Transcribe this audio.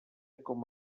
com